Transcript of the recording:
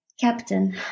Captain